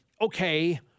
okay